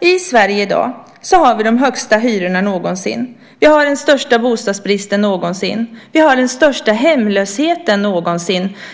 I Sverige i dag har vi de högsta hyrorna någonsin. Vi har den största bostadsbristen någonsin. Vi har den största hemlösheten någonsin.